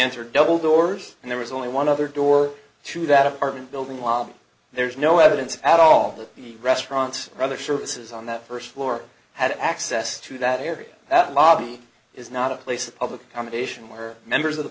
entered double doors and there was only one other door to that apartment building while there is no evidence at all that the restaurants or other services on that first floor had access to that area that lobby is not a place of public accommodation where members of the